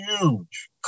huge